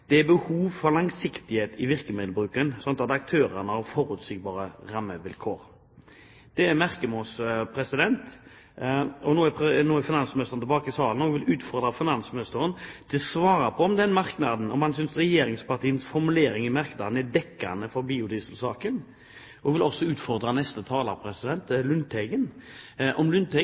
«det er behov for langsiktighet i virkemiddelbruken slik at aktørene har forutsigbare rammevilkår». Det merker vi oss. Nå er finansministeren tilbake i salen, og jeg vil utfordre finansministeren til å svare på om han synes regjeringspartienes formulering i den merknaden er dekkende for biodieselsaken. Jeg vil også utfordre neste taler, Lundteigen, som egentlig har fulgt forslagsstillerne ganske bra, om